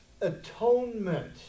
atonement